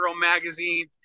magazine